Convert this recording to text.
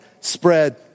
spread